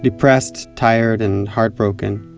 depressed, tired and heartbroken,